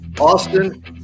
Austin